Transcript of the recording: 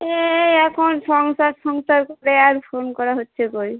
এই এখন সংসার সংসার করে আর ফোন করা হচ্ছে কই